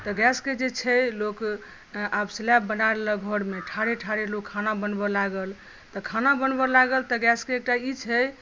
तऽ गैसके जे छै लोक आब स्लैब बना लेलक घरमे ठाढ़े ठाढ़े लोक खाना बनबय लागल तऽ खाना बनबय लागल तऽ गैसके एकटा ई छै